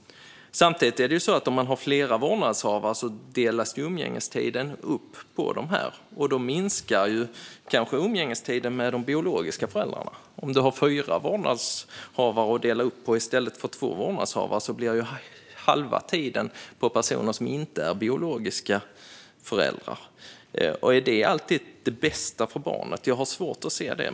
Men om barnet har flera vårdnadshavare delas umgängestiden upp på dem, och då minskar kanske umgängestiden med de biologiska föräldrarna. Om man har fyra vårdnadshavare i stället för två att dela upp tiden på blir det halva tiden för personer som inte är biologiska föräldrar. Är det alltid det bästa för barnet? Jag har svårt att se det.